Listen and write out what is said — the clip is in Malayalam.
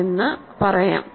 എന്ന് പറയാം